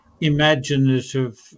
Imaginative